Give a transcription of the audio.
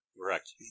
Correct